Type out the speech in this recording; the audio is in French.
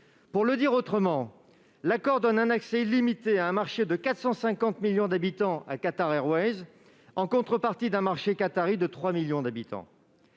Pour le dire autrement, l'accord donne un accès illimité à un marché de 450 millions d'habitants à Qatar Airways, en contrepartie d'un accès au marché qatari de 3 millions d'habitants.